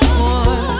more